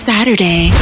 Saturday